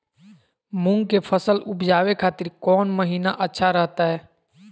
मूंग के फसल उवजावे खातिर कौन महीना अच्छा रहतय?